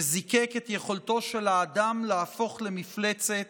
שזיקק את יכולתו של האדם להפוך למפלצת